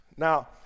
Now